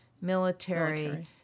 military